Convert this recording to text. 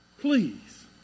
Please